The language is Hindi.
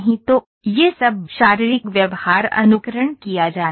तो यह सब शारीरिक व्यवहार अनुकरण किया जाना है